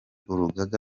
urugaga